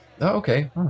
okay